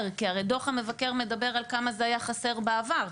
כי הרי דוח המבקר מדבר על כמה זה היה חסר בעבר.